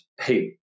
hey